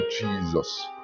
Jesus